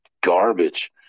garbage